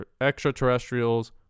extraterrestrials